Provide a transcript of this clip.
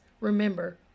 remember